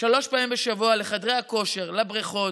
פעמים בשבוע לחדרי הכושר, לבריכות,